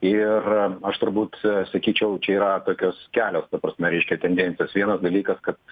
ir aš turbūt sakyčiau čia yra tokios kelios ta prasme reiškia tendencijos vienas dalykas kad